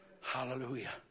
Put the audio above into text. Hallelujah